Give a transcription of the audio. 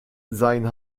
sein